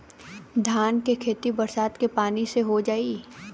धान के खेती बरसात के पानी से हो जाई?